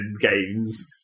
games